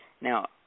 Now